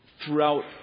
throughout